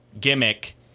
gimmick